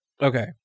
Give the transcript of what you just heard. Okay